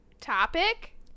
Topic